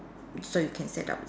so you can set up